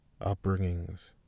upbringings